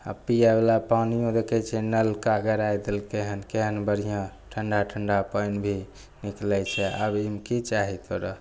आब पिएवला पानिओ देखै छिए नलका गड़ै देलकै हँ केहन बढ़िआँ ठण्डा ठएडा पानि भी निकलै छै आब ई मे कि चाही तोरा